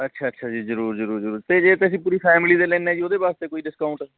ਅੱਛਾ ਅੱਛਾ ਜੀ ਜ਼ਰੂਰ ਜ਼ਰੂਰ ਜ਼ਰੂਰ ਅਤੇ ਜੇ ਤਾਂ ਅਸੀਂ ਪੂਰੀ ਫੈਮਿਲੀ ਦੇ ਲੈਂਦੇ ਜੀ ਉਹਦੇ ਵਾਸਤੇ ਕੋਈ ਡਿਸਕਾਊਂਟ